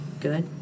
good